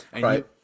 Right